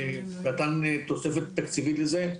ונתן תוספת תקציבית לזה.